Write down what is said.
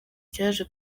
cyaje